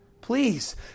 Please